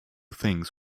things